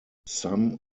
some